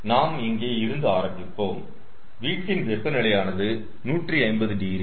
நாம் இங்கே இருந்து ஆரம்பிப்போம் வீட்டின் வெப்பநிலையானது 150 டிகிரி